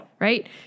right